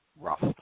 Rough